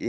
il